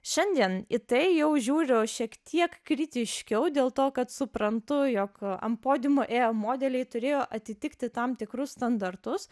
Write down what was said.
šiandien į tai jau žiūriu šiek tiek kritiškiau dėl to kad suprantu jog ant podiumo ėję modeliai turėjo atitikti tam tikrus standartus